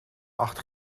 acht